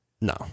no